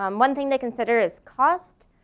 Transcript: um one thing they consider is cost.